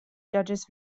judges